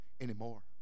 anymore